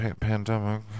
pandemic